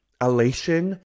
elation